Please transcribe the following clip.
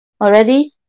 already